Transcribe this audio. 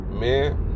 Man